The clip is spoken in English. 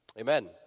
Amen